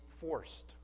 forced